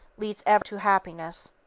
leads ever to happiness.